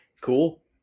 Cool